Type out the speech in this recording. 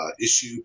issue